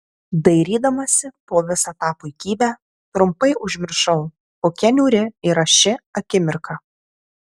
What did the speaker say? dairydamasi po visą tą puikybę trumpai užmiršau kokia niūri yra ši akimirka